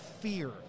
fear